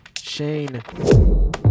Shane